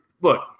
look